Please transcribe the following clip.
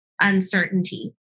uncertainty